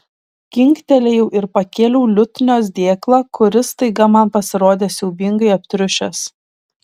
kinktelėjau ir pakėliau liutnios dėklą kuris staiga man pasirodė siaubingai aptriušęs